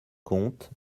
comte